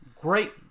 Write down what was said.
Great